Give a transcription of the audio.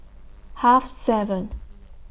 Half seven